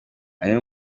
amwe